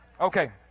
Okay